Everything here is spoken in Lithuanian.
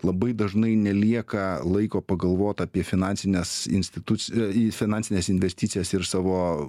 labai dažnai nelieka laiko pagalvot apie finansines instituc į finansines investicijas ir savo